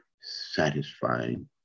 satisfying